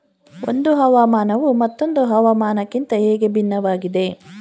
ಒಂದು ಹವಾಮಾನವು ಮತ್ತೊಂದು ಹವಾಮಾನಕಿಂತ ಹೇಗೆ ಭಿನ್ನವಾಗಿದೆ?